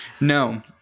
No